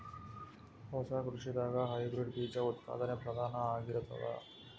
ಹೊಸ ಕೃಷಿದಾಗ ಹೈಬ್ರಿಡ್ ಬೀಜ ಉತ್ಪಾದನೆ ಪ್ರಧಾನ ಆಗಿರತದ